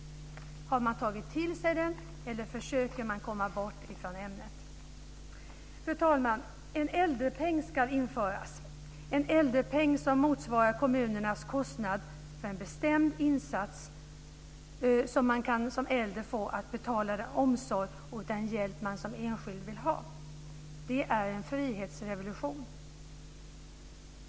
Har man tagit till sig den? Eller försöker man komma bort från ämnet? Fru talman! En äldrepeng ska införas, en äldrepeng som motsvarar kommunernas kostnad för en bestämd insats som man som äldre kan få för att betala den omsorg och den hjälp som man som enskild vill ha. Det är en frihetsrevolution.